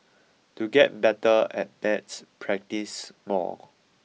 to get better at maths practise more